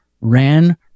ran